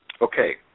Okay